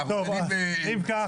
אם כך,